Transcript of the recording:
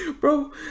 Bro